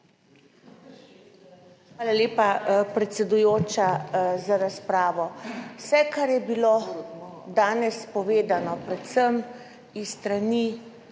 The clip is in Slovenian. Hvala lepa, predsedujoča, za razpravo. Vse, kar je bilo danes povedano, predvsem s strani